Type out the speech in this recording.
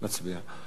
נצביע.